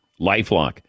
LifeLock